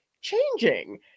changing